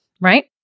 right